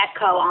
Echo